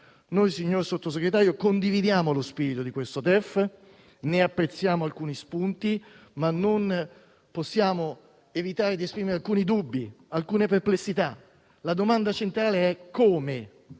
Noi, signor Sottosegretario, condividiamo lo spirito di questo DEF, ne apprezziamo alcuni spunti, ma non possiamo evitare di esprimere alcuni dubbi e alcune perplessità. La domanda centrale è come